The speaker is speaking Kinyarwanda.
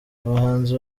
abahanzi